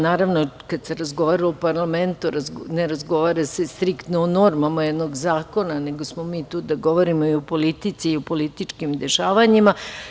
Naravno, kada se razgovara u parlamentu ne razgovara se striktno u normama jednog zakona, nego smo mi tu da govorimo i o politici i o političkim dešavanjima.